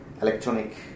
electronic